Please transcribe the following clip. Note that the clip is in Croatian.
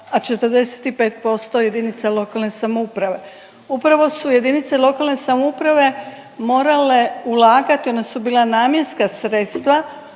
a 45% jedinica lokalne samouprave. Upravo su jedinice lokalne samouprave morale ulagati ona su bila namjenska sredstva